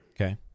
Okay